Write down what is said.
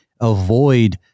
avoid